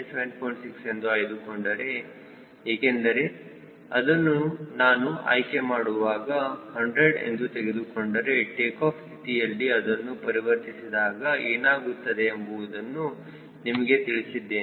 6 ಎಂದು ಆಯ್ದುಕೊಂಡರೆ ಏಕೆಂದರೆ ಅದನ್ನು ನಾನು ಆಯ್ಕೆ ಮಾಡುವಾಗ 100 ಎಂದು ತೆಗೆದುಕೊಂಡರೆ ಟೇಕಾಫ್ ಸ್ಥಿತಿಯಲ್ಲಿಅದನ್ನು ಪರಿವರ್ತಿಸಿದಾಗ ಏನಾಗುತ್ತದೆ ಎಂಬುವುದನ್ನು ನಿಮಗೆ ತಿಳಿಸಿದ್ದೇನೆ